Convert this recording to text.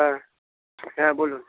হ্যাঁ হ্যাঁ বলুন